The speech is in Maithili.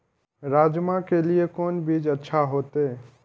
राजमा के लिए कोन बीज अच्छा होते?